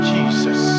Jesus